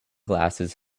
glasses